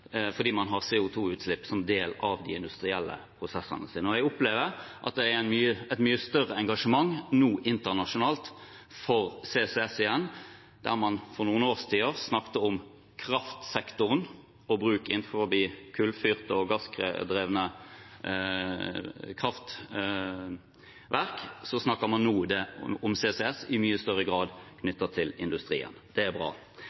fordi man har CO 2 -utslipp som del av de industrielle prosessene sine. Jeg opplever at det nå er et mye større engasjement internasjonalt for CCS igjen. Der man for noen år siden snakket om kraftsektoren og bruk innenfor kullfyrte og gassdrevne kraftverk, snakker man nå om CCS i mye større grad knyttet til industrien. Det er bra.